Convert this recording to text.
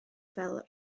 fel